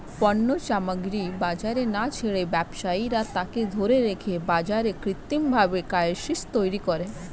পণ্য সামগ্রী বাজারে না ছেড়ে ব্যবসায়ীরা তাকে ধরে রেখে বাজারে কৃত্রিমভাবে ক্রাইসিস তৈরী করে